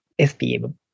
SPM